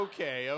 Okay